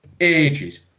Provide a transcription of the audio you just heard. ages